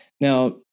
now